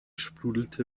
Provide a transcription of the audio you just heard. sprudelte